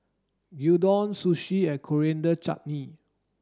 Gyudon Sushi and Coriander Chutney